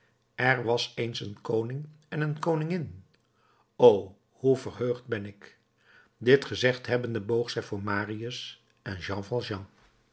er was eens een koning en een koningin o hoe verheugd ben ik dit gezegd hebbende boog zij voor marius en jean